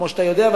כמו שאתה יודע,